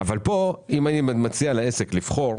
אבל כאן אם אני מציע לעסק לבחור,